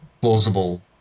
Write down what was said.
plausible